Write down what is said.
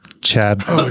Chad